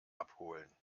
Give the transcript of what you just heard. abholen